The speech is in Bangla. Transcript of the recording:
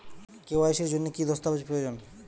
কে.ওয়াই.সি এর জন্যে কি কি দস্তাবেজ প্রয়োজন?